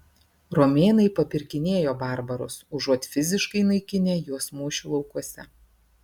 romėnai papirkinėjo barbarus užuot fiziškai naikinę juos mūšių laukuose